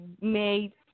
made